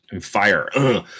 fire